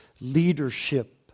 leadership